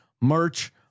Merch